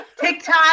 tiktok